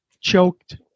choked